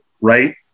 right